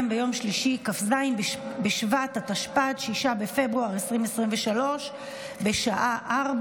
הישיבה הבאה תתקיים ביום שלישי כ"ז בשבט התשפ"ד 6 בפברואר 2024 בשעה